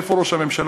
איפה ראש הממשלה?